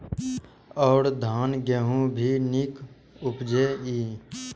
और धान गेहूँ भी निक उपजे ईय?